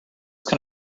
can